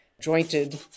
jointed